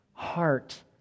Heart